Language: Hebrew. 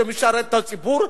שמשרתת את הציבור,